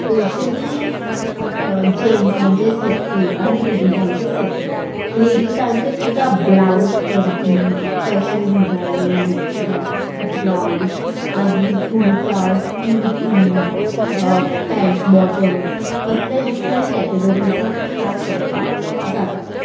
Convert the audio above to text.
specially जेन्ट्सांचें separate आनी लेडिजांचे सेपरेट लेडिसांचे सुद्दां ब्लावज करपी फॅशन डिजायनींग ब्लावज मागीर कुर्ता कुर्तीज पॅन्ट्स बॉटम्स असले डिफरंट कॅटेगरीसान स्टार्ट करपाक जाता